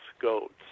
goats